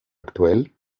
aktuell